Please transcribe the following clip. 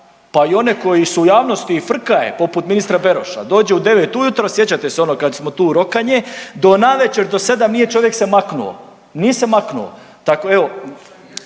pa i one koji su u javnosti i frka je poput ministra Beroša, dođe u devet ujutro sjećate se ono kad smo tu rokanje do navečer do sedam nije čovjek se maknuo, nije se maknu.